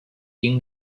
ging